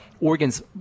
organs